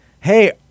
hey